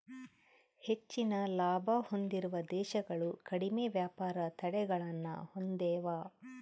ಹೆಚ್ಚಿನ ಲಾಭ ಹೊಂದಿರುವ ದೇಶಗಳು ಕಡಿಮೆ ವ್ಯಾಪಾರ ತಡೆಗಳನ್ನ ಹೊಂದೆವ